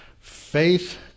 Faith